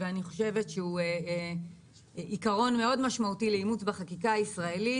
ואני חושבת שהוא עיקרון מאוד משמעותי לאימוץ בחקיקה הישראלית,